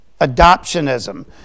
adoptionism